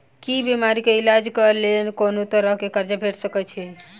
की बीमारी कऽ इलाज कऽ लेल कोनो तरह कऽ कर्जा भेट सकय छई?